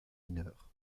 mineures